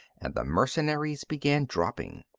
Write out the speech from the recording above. and the mercenaries began dropping.